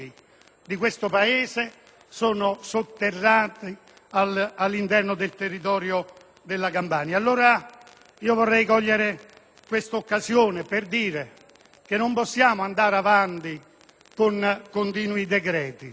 di questo Paese sono sotterrati all'interno del territorio della Campania. Vorrei cogliere l'occasione odierna per sottolineare che non possiamo andare avanti con continui decreti.